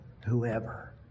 Whoever